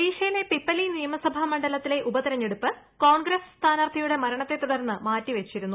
ഒഡീഷയിലെ പിപ്പ്ലീ നിയമസഭാ മണ്ഡലത്തിലെ ഉപതെരഞ്ഞെടുപ്പ് കോൺഗ്രസ്സ് സ്ഥാനാർത്ഥിയുടെ മരണത്തെ തുടർന്ന് മാറ്റിവച്ചിരുന്നു